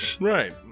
Right